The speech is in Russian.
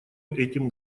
этим